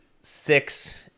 six